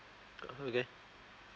okay